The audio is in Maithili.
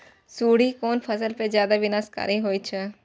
सुंडी कोन फसल पर ज्यादा विनाशकारी होई छै?